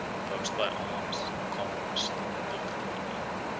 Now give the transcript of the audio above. imposed by arms and conquest on a reluctant people.